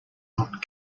not